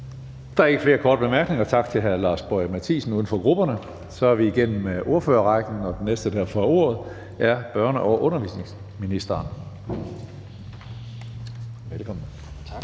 Der er ikke flere korte bemærkninger. Tak til hr. Lars Boje Mathiesen, uden for grupperne. Så er vi igennem ordførerrækken, og den næste, der får ordet, er børne- og undervisningsministeren.